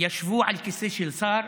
ישבו על כיסא של שר